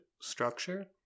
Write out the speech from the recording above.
structure